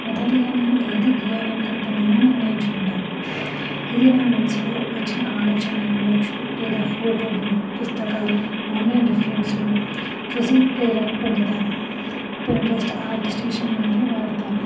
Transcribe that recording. మొదటిగా నేను ఏది గీయాలనుకుంటున్నానో నిర్ణయించుకుంటాను ఇది నా మనసులో వచ్చిన ఆలోచన అయి ఉండవచ్చు లేదా ఫోటోలు పుస్తకాలు ఆన్లైన్ రిఫరెన్స్లు చూసే ప్రేరణ పొందుతాను పింట్రెస్ట్ ఆర్ట్ స్టేషన్ వంటివి వాడతాను